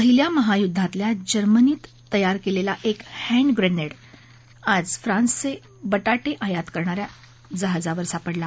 पहिल्या महायुद्वातील जर्मनीत तयार केलेला एक हॅन्डग्रेनेड आज फ्रान्सचे बटाटे आयात करणा या जहाजावर सापडला